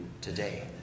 today